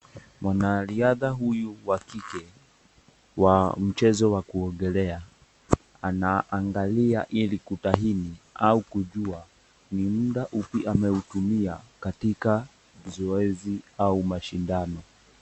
Mwanariadha huyu wa kike wa mchezo wa kuogelea anaangalia ili kubaini au kujua ni muda upi ameutumia katika mazoezi au mashindano hayo.